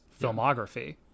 filmography